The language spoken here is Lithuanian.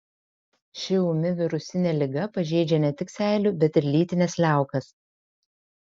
ši ūmi virusinė liga pažeidžia ne tik seilių bet ir lytines liaukas